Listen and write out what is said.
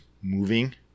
moving